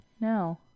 No